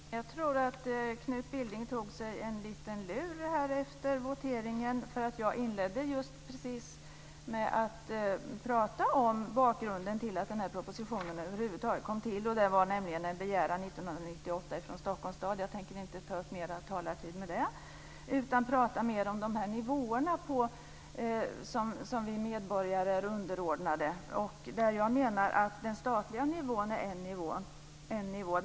Herr talman! Jag tror att Knut Billing tog sig en lur efter voteringen. Jag inledde med att prata om just bakgrunden till att propositionen över huvud taget kom till, nämligen en begäran år 1998 från Stockholms stad. Men jag ska inte ta mer talartid i anspråk för att tala om det. I stället ska jag mer prata om de nivåer som vi medborgare är underordnade. Jag menar att en nivå är den statliga nivån.